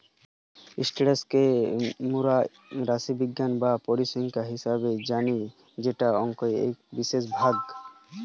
status কে মোরা রাশিবিজ্ঞান বা পরিসংখ্যান হিসেবে জানি যেটা অংকের এক বিশেষ ভাগ